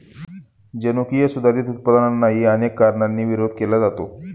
जनुकीय सुधारित उत्पादनांनाही अनेक कारणांनी विरोध केला जातो